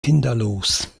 kinderlos